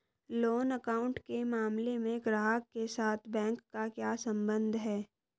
Loan account के मामले में ग्राहक के साथ बैंक का क्या संबंध है?